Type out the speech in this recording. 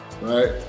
right